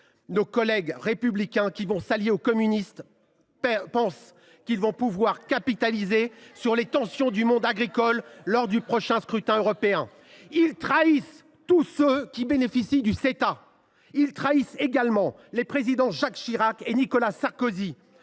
Nos collègues républicains, qui vont s’allier aux communistes, pensent qu’ils pourront capitaliser sur les tensions du monde agricole lors du prochain scrutin européen. Ce faisant, ils trahissent tous ceux qui bénéficient du Ceta. Ils trahissent également les présidents Jacques Chirac et Nicolas Sarkozy,…